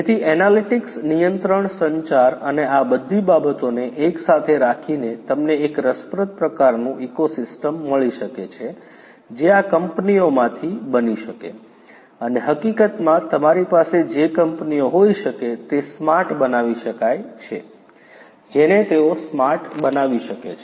તેથી એનાલિટિક્સ નિયંત્રણ સંચાર અને આ બધી બાબતોને એકસાથે રાખીને તમને એક રસપ્રદ પ્રકારનું ઇકોસિસ્ટમ મળી શકે છે જે આ કંપનીઓમાંથી બની શકે અને હકીકતમાં તમારી પાસે જે કંપનીઓ હોઇ શકે તે સ્માર્ટ બનાવી શકાય છે જેને તેઓ સ્માર્ટ બનાવી શકે છે